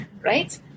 right